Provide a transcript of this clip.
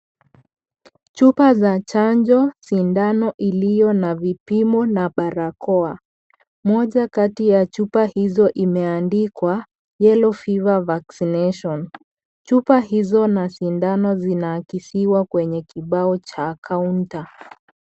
Chupa za chanjo, sindano iliyo na vipimo na barakoa, moja kati ya chupa hizo imeandikwa yellow fever vaccination. Chupa hizo na sindano zinaakiziwa kwenye kibao cha counter